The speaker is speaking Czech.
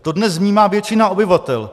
To dnes vnímá většina obyvatel.